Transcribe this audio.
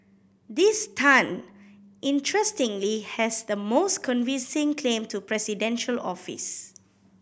this Tan interestingly has the most convincing claim to presidential office